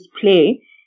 play